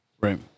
Right